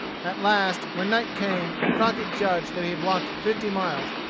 at last, when night came, and crockett judged that he had walked fifty miles,